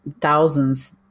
thousands